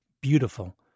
beautiful